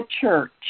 church